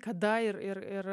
kada ir ir ir